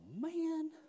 man